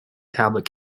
tablet